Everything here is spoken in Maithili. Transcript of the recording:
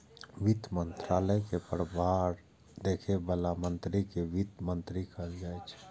वित्त मंत्रालय के प्रभार देखै बला मंत्री कें वित्त मंत्री कहल जाइ छै